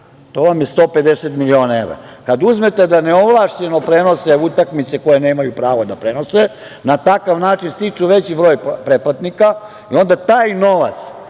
to vam 150 miliona evra. Kada uzmete da neovlašćeno prenose utakmice, koje nemaju pravo da prenose, na takav način stiču veći broj pretplatnika i onda taj novac